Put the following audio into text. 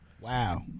Wow